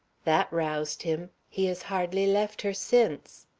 that roused him. he has hardly left her since.